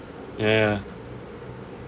yeah